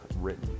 written